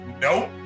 Nope